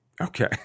Okay